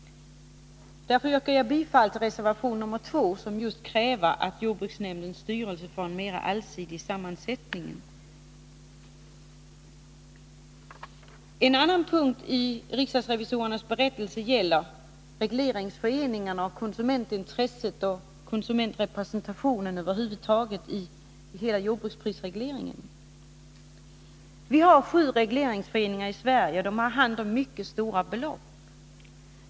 Därför yrkar jag bifall till reservation nr 2, där det just krävs att jordbruksnämndens styrelse får en mera allsidig sammansättning. En annan punkt i riksdagsrevisorernas berättelse gäller regleringsföreningarna, konsumentintresset och konsumentrepresentationen över huvud taget beträffande jordbruksprisregleringen. Vi har sju regleringsföreningar i Sverige, vilka har hand om mycket stora belopp.